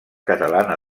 catalana